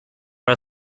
are